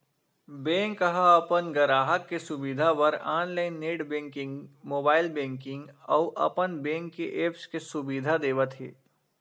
bank ह अपन गराहक के सुबिधा बर online net banking, mobile banking अउ अपन बेंक के ऐप्स के सुबिधा देवत हे